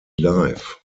life